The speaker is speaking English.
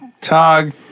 Tog